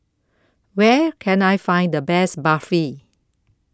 Where Can I Find The Best Barfi